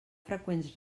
freqüents